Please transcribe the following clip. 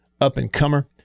up-and-comer